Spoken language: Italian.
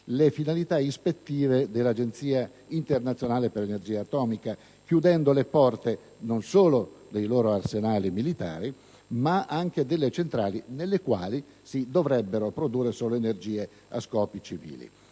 le finalità ispettive dell'Agenzia internazionale per l'energia atomica, chiudendo la porte, non solo dei loro arsenali militari, ma anche delle centrali nelle quali si dovrebbe produrre solo energia a scopi civili.